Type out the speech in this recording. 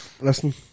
listen